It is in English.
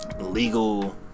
legal